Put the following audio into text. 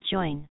Join